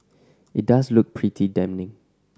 it does look pretty damning